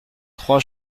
trois